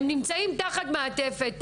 הם נמצאים תחת מעטפת,